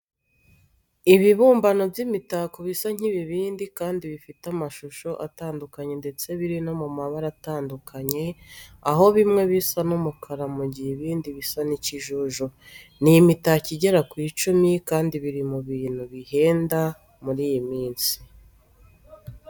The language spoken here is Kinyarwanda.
Ibibumbano by'imitako bisa nk'ibibindi kandi bifite amashusho atandukanye ndetse biri no mu mabara atandukanye, aho bimwe bisa n'umukara mu gihe ibindi bisa n'ikijuju. Ni imitako igera ku icumi kandi biri mu bintu bihenda muri iyi minsi.